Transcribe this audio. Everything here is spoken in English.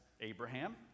Abraham